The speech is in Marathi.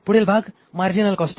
पुढील भाग मार्जिनल कॉस्टिंग